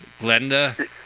Glenda